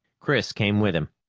chris came with him.